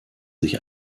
sich